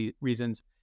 reasons